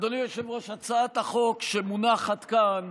אדוני היושב-ראש, הצעת החוק שמונחת כאן